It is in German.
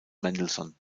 mendelssohn